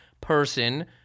person